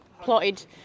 plotted